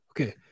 Okay